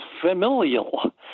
familial